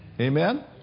Amen